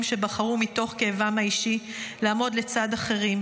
שבחרו מתוך כאבם האישי לעמוד לצד אחרים.